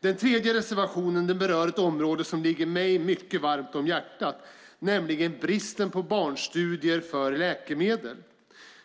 Den tredje reservationen berör ett område som ligger mig mycket varmt om hjärtat, nämligen bristen på barnstudier för läkemedel.